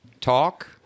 talk